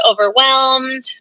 overwhelmed